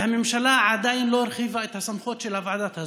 והממשלה עדיין לא הרחיבה את הסמכות של הוועדה הזאת.